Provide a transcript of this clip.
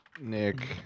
Nick